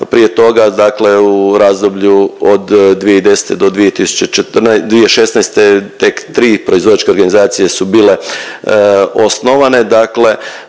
Prije toga dakle u razdoblju od 2010. do 2016. tek tri proizvođačke organizacije su bile osnovane.